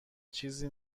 چیزی